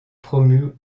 promue